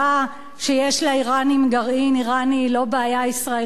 לאירנים גרעין הם לא בעיה ישראלית בלבד.